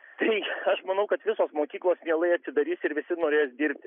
tai aš manau kad visos mokyklos mielai atsidarys ir visi norės dirbti